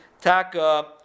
taka